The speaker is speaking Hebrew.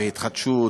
והתחדשות,